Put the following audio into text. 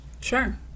Sure